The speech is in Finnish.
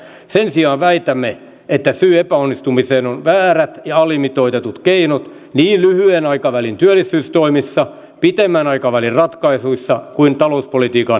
sen sijaan väitämme että syy epäonnistumiseen ovat väärät ja alimitoitetut keinot niin lyhyen aikavälin työllisyystoimissa pidemmän aikavälin ratkaisuissa kuin talouspolitiikan peruslinjassakin